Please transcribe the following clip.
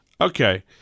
okay